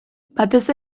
batez